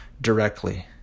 directly